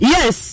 Yes